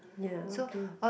ya okay